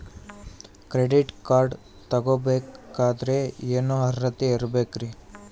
Credit card ತೊಗೋ ಬೇಕಾದರೆ ಏನು ಅರ್ಹತೆ ಇರಬೇಕ್ರಿ?